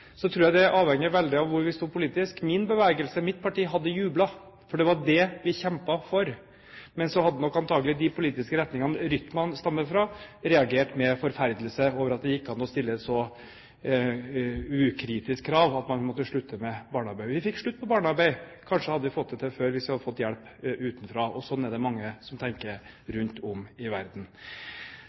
tror jeg det avhenger veldig av hvor vi sto politisk. Min bevegelse, mitt parti, hadde jublet, for det var det vi kjempet for. Men så hadde nok antakelig de politiske retningene Rytman stammer fra, reagert med forferdelse over at det gikk an å stille et så ukritisk krav at man måtte slutte med barnearbeid. Vi fikk slutt på barnearbeid. Kanskje hadde vi fått det til før hvis vi hadde fått hjelp utenfra, og slik er det mange som tenker rundt om i verden.